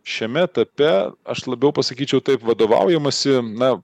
šiame etape aš labiau pasakyčiau taip vadovaujamasi na